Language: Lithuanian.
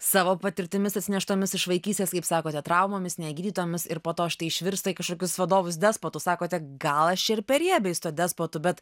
savo patirtimis atsineštomis iš vaikystės kaip sakote traumomis negydytomis ir po to štai išvirsta į kažkokius vadovus despotus sakote gal aš ir per riebiai su tuo despotu bet